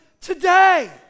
today